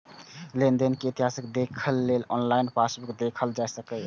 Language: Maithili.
लेनदेन के इतिहास देखै लेल ऑनलाइन पासबुक देखल जा सकैए